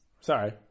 Sorry